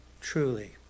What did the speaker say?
Truly